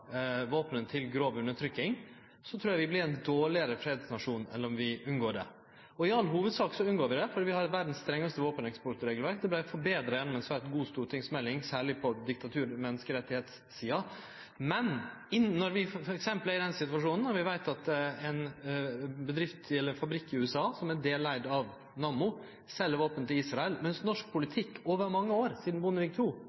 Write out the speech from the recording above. til grov undertrykking, trur eg vi vert ein dårlegare fredsnasjon enn om vi unngår det. I all hovudsak unngår vi det, for vi har verdas strengaste våpeneksportregelverk. Det vart betra gjennom ei svært god stortingsmelding, særleg på diktatur- og menneskerettssida, men når vi f.eks. er i den situasjonen at vi veit at ein bedrift eller ein fabrikk i USA som er deleigd av Nammo, sel våpen til Israel, mens norsk